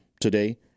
today